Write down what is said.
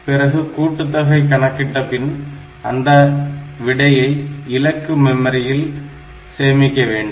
பிறகு கூட்டுத்தொகை கணக்கிடப்பட்ட பின் அந்த அதன் விடையை இலக்கு மெமரியில் சேமிக்க வேண்டும்